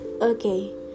Okay